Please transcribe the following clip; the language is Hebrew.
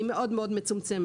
היא מאוד מאוד מצומצמת.